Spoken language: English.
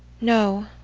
no,